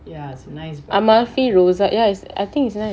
ஆமா:aama if rose ah ya it's I think it's nice